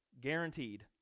Guaranteed